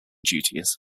duties